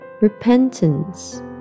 Repentance